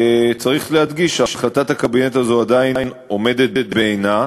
צריך להדגיש שהחלטת הקבינט הזו עדיין עומדת בעינה.